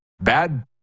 Bad